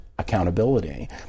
accountability